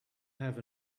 have